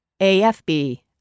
AFB